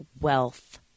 wealth